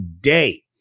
Day